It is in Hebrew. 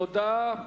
תודה.